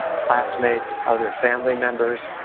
classmates, other family members.